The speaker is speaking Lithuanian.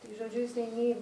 tai žodžiu jisai nei